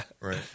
Right